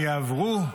הם יעברו.